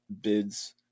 bids